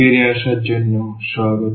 ফিরে আসার জন্য স্বাগত